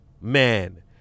man